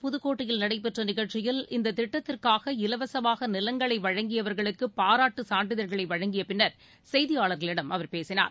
புதுக்கோட்டையில் நடைபெற்றநிகழ்ச்சியில் இந்ததிட்டத்திற்காக நேற்று இலவசமாகநிலங்களைவழங்கியவர்களுக்குபாராட்டுசான்றிதழ்களைவழங்கியபின்னர் செய்தியாளர்களிடம் அவர் பேசினார்